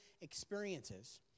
experiences